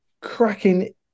cracking